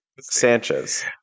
Sanchez